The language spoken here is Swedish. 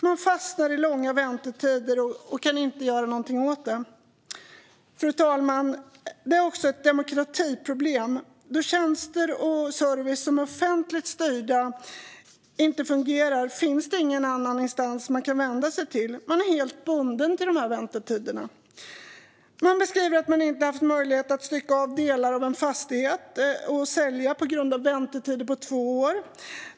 Man fastnar i långa väntetider och kan inte göra något åt det. Fru talman! Det är också ett demokratiproblem. När tjänster och service som är offentligt styrda inte fungerar finns det ingen annan instans som man kan vända sig till. Man är helt bunden till de här väntetiderna. Man beskriver att man inte haft möjlighet att stycka av och sälja delar av en fastighet på grund av en väntetid på två år.